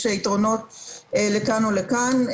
יש יתרונות לכאן או לכאן.